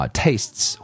tastes